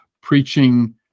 preaching